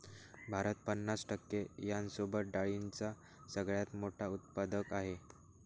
भारत पन्नास टक्के यांसोबत डाळींचा सगळ्यात मोठा उत्पादक आहे